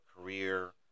career